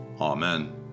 Amen